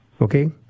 Okay